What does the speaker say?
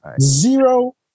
Zero